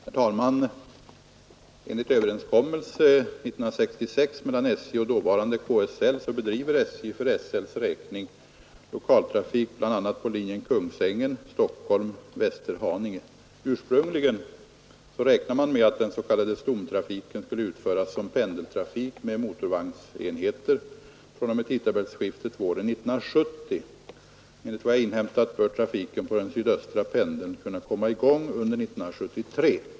Herr talman! Enligt en överenskommelse 1966 mellan SJ och dåvarande KSL bedriver SJ för SL:s räkning lokaltrafik bl.a. på linjen Kungsängen —Stockholm-—Västerhaninge. Ursprungligen räknade man med att den s.k. stomtrafiken skulle utföras som pendeltrafik med motorvagnsenheter fr.o.m. tidtabellsskiftet våren 1970. Enligt vad jag inhämtat bör trafiken på den sydöstra pendeln kunna komma i gång under 1973.